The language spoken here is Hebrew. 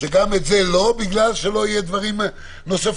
שגם זה לא בגלל שאין דברים נוספים,